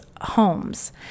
homes